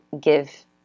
give